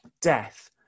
death